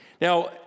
Now